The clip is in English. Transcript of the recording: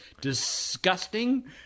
disgusting